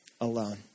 alone